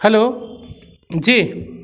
hello जी